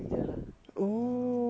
oh